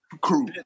crew